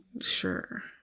sure